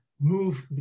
move